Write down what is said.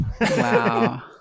wow